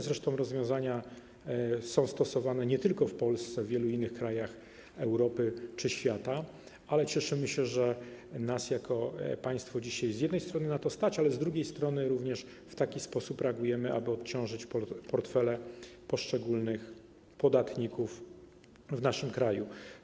Zresztą podobne rozwiązania są stosowane nie tylko w Polsce, w wielu innych krajach Europy czy świata, ale cieszymy się, że nas jako państwo dzisiaj z jednej strony na to stać, ale z drugiej strony również w taki sposób reagujemy, aby odciążyć portfele poszczególnych podatników w naszym kraju.